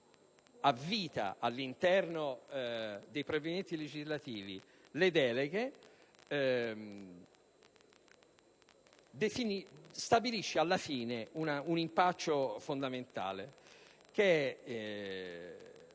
avvita all'interno dei provvedimenti legislativi le deleghe stabilisce alla fine un impaccio fondamentale.